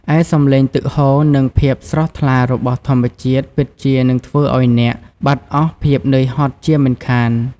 ឯសំឡេងទឹកហូរ និងភាពស្រស់ថ្លារបស់ធម្មជាតិពិតជានឹងធ្វើឲ្យអ្នកបាត់អស់ភាពនឿយហត់ជាមិនខាន។